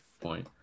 point